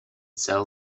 sell